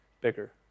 bigger